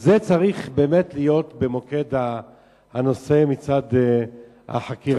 זה צריך באמת להיות במוקד הנושא מצד החקירה,